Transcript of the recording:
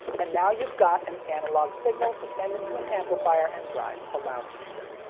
and now you've got an analog signal to send into an amplifier and drive a loudspeaker.